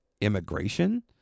immigration